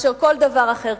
מאשר כל דבר אחר,